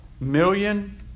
million